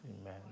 Amen